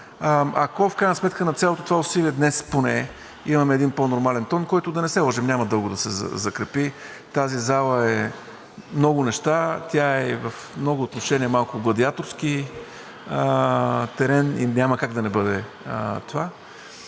В крайна сметка, ако на цялото това усилие днес поне имаме един по-нормален тон, за който, да не се лъжем, няма дълго да се закрепи. Тази зала е много неща. Тя в много отношения е малко гладиаторски терен – и няма как да не бъде това,